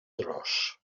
tros